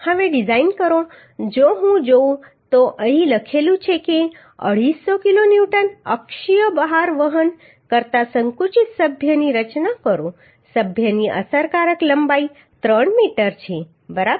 હવે ડિઝાઇન કરો જો હું જોઉં તો અહીં લખેલું છે કે 250 કિલોન્યુટનનો અક્ષીય ભાર વહન કરતા સંકુચિત સભ્યની રચના કરો સભ્યની અસરકારક લંબાઈ 3 મીટર છે બરાબર